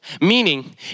meaning